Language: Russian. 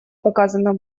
показано